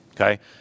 okay